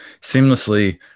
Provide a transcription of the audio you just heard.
seamlessly